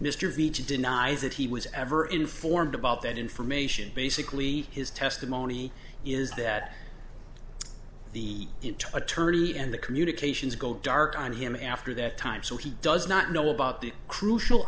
mr veatch denies that he was ever informed about that information basically his testimony is that the attorney and the communications go dark on him after that time so he does not know about the crucial